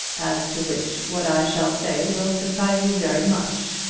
as to which what i shall say will surprise you very much.